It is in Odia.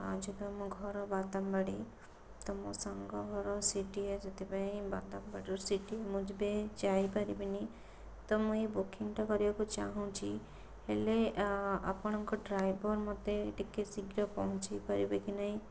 ଅ ଯେହେତୁ ଆମ ଘର ବାଦାମବାଡ଼ି ତ ମୋ ସାଙ୍ଗ ଘର ସି ଡ଼ି ଏ ସେଥିପାଇଁ ବାଦାମବାଡ଼ିରୁ ସିଡ଼ିଏ ମୁଁ ଯେବେ ଯାଇପାରିବିନି ତ ମୁଁ ଏହି ବୁକିଙ୍ଗଟା କରିବାକୁ ଚାଁହୁଛି ହେଲେ ଅ ଆପଣଙ୍କ ଡ୍ରାଇଭର ମୋତେ ଟିକିଏ ଶୀଘ୍ର ପହଞ୍ଚେଇ ପାରିବେ କି ନାହିଁ